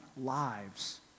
lives